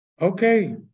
Okay